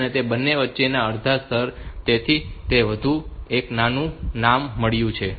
તેથી તે બંને વચ્ચેના અડધા રસ્તે છે તેથી તેને એવું નામ મળ્યું છે